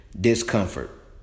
discomfort